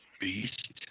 Beast